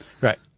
Right